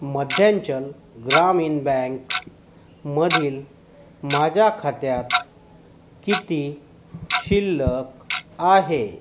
मध्यांचल ग्रामीण बँकमधील माझ्या खात्यात किती शिल्लक आहे